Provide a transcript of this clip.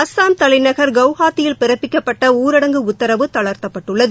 அஸ்ஸாம் தலைநகர் குவாஹாத்தியில் பிறப்பிக்கப்பட்ட ஊரடங்கு உத்தரவு தளர்த்தப்பட்டுள்ளது